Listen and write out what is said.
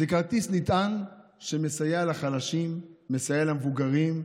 זה כרטיס נטען שמסייע לחלשים, מסייע למבוגרים,